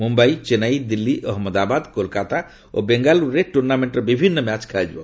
ମୁମ୍ୟାଇ ଚେନ୍ନାଇ ଦିଲ୍ଲୀ ଅହମ୍ମଦାବାଦ କୋଲ୍କାତା ଓ ବେଙ୍ଗାଲୁରୁରେ ଟୁର୍ଣ୍ଣାମେଣ୍ଟର ବିଭିନ୍ନ ମ୍ୟାଚ୍ ଖେଳାଯିବ